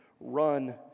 run